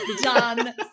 done